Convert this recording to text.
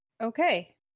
Okay